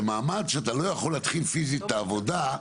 זה מעמד שאתה לא יכול להתחיל פיזית את העבודה,